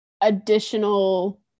additional